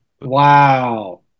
Wow